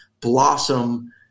blossom